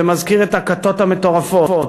זה מזכיר את הכתות המטורפות,